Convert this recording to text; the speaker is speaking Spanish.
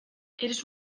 eres